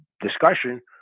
discussion